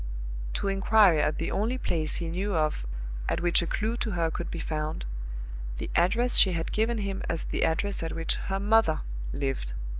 to inquire at the only place he knew of at which a clew to her could be found the address she had given him as the address at which her mother lived.